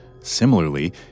Similarly